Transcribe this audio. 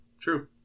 true